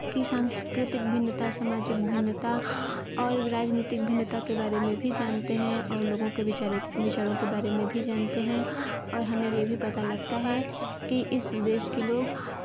की सांस्कृतिक भिन्नता सामाजिक भिन्नता और राजनीतिक भिन्नता के बारे में भी जानते हैं और लोगों के विचारे विचारों के बारे में भी जानते हैं और हमें ये भी पता लगता है कि इस प्रदेश के लोग